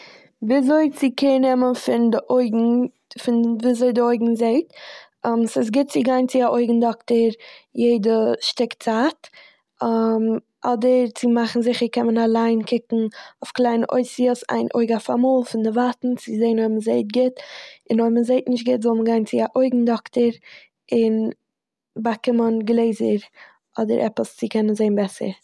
וויזוי צו קעיר נעמען פון די אויגן, פון וויזוי די אויגן זעהט. ס'איז גוט צו גיין צו א אויגן דאקטער יעדע שטיק צייט, אדער צו מאכן זיכער קען מען אליין קוקען אויף קליינע אותיות איין אויג אויף א מאל פון די ווייטנס צו זעהן אויב מ'זעהט גוט, און אויב מ'זעהט נישט גוט זאל מען גיין צו א אויגן דאקטער און באקומען גלעזער אדער עפעס צו קענען זעהן בעסער.